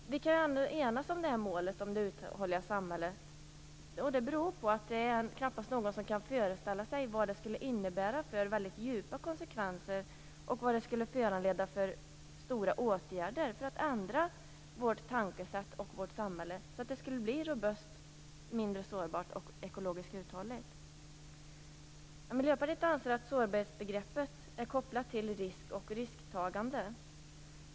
Ändå kan vi enas om att målet är ett uthålligt samhälle. Det beror på att det knappast är någon som kan föreställa sig de stora konsekvenser det skulle få. Knappast någon kan föreställa sig vilka åtgärder som skulle krävas för att ändra vårt tänkesätt och vårt samhälle så att det blir robust, mindre sårbart och ekologiskt uthålligt. Miljöpartiet anser att sårbarhetsbegreppet är kopplat till risk och risktagande.